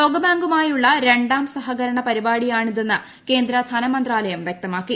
ലോകബാങ്കുമായുള്ള രണ്ടാം സഹകരണപരിപാടിയാണ് ഇതെന്ന് കേന്ദ്രധനമന്ത്രാലയം വൃക്തമാക്കി